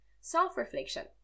Self-reflection